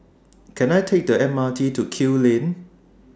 Can I Take The M R T to Kew Lane